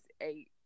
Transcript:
eight